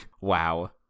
wow